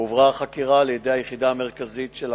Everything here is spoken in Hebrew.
הועברה החקירה לידי היחידה המרכזית של המחוז.